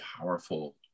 powerful